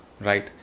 right